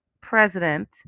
president